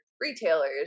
retailers